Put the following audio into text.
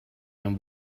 and